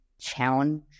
challenge